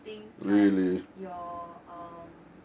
things like your um